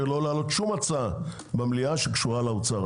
לא להעלות שום הצעה במליאה שקשורה לאוצר.